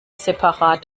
separat